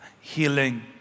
healing